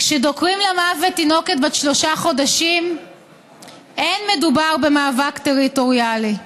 כשדוקרים למוות תינוקת בת שלושה חודשים אין מדובר במאבק טריטוריאלי.